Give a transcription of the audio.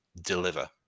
deliver